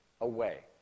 away